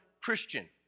Christian